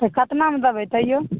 कतनामे देबय तैयो